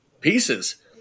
pieces